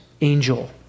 angel